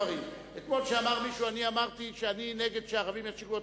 אתמול כשאמר מישהו שאני אמרתי שאני נגד שהערבים ישירו "התקווה",